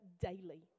daily